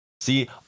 see